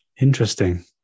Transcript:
interesting